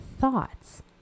thoughts